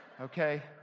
Okay